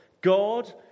God